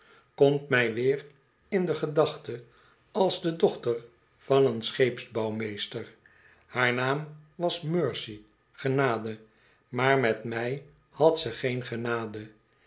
wetenschap mij weer in de gedachte als de dochter van een scheepsbouwmeester haar naam washcrcy genade maar met mij had ze geen genade